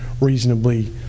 reasonably